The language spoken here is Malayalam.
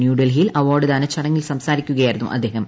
ന്യൂഡൽഹിയിൽ അവാർഡ്ദാന ചടങ്ങിൽ സംസാരിക്കുകയായിരുന്നു അദ്ദേഹം